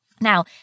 Now